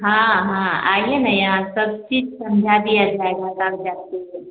हाँ हाँ आइए ना यहाँ सब चीज समझा दिया जाएगा कागज़ात के लिए